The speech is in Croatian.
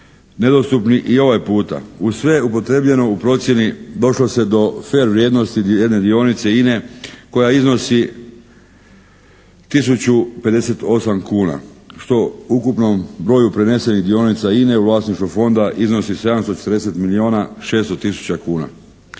nedostupni i ovaj puta. Uz sve upotrijebljeno u procjeni došlo se do fer vrijednosti jedne dionice INA-e koja iznosi tisuću 58 kuna što ukupnom broju prenesenih dionica INA-e u vlasništvu fonda iznosi 740 milijuna 600 tisuća kuna.